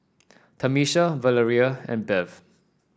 Tamisha Valeria and Bev